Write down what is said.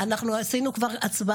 כולנו ראינו מראות קשים הלקוחים מתקופת